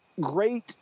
great